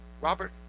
Robert